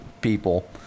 people